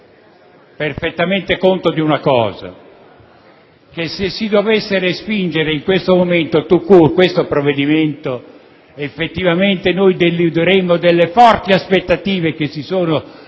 reso perfettamente conto di una cosa, ossia che se si dovesse respingere in questo momento *tout court* questo provvedimento, effettivamente deluderemmo delle forti aspettative che si sono create